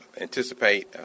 anticipate